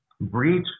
breach